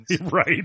Right